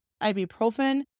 ibuprofen